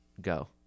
go